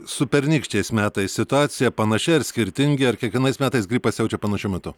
su pernykščiais metais situacija panaši ar skirtingi ar kiekvienais metais gripas siaučia panašiu metu